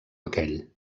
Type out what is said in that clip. aquell